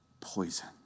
poison